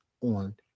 on